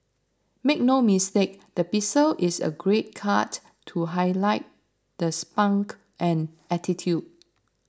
make no mistake the pixie is a great cut to highlight the spunk and attitude